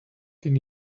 can